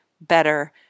better